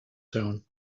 tone